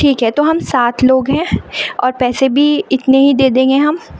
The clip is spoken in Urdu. ٹھیک ہے تو ہم سات لوگ ہیں اور پیسے بھی اتنے ہی دے دیں گے ہم